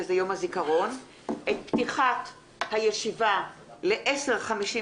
שזה יום הזיכרון את פתיחת הישיבה ל- 10:55